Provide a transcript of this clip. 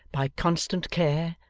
by constant care,